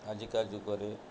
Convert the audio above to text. ଆଜିକା ଯୁଗରେ